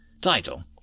Title